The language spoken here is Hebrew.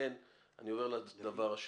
הדבר השני,